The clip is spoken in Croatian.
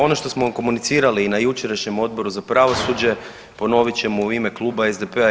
Ono što smo komunicirali na jučerašnjem Odboru za pravosuđe ponovit ćemo u ime kluba SDP-a.